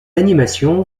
animation